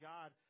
God